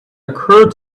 occurred